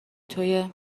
تویه